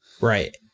Right